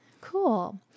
Cool